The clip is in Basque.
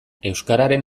euskararen